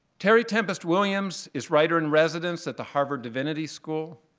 terry tempest williams is writer in residence at the harvard divinity school.